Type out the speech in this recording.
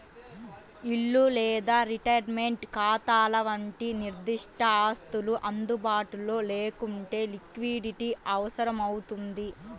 ఇల్లు లేదా రిటైర్మెంట్ ఖాతాల వంటి నిర్దిష్ట ఆస్తులు అందుబాటులో లేకుంటే లిక్విడిటీ అవసరమవుతుంది